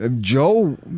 Joe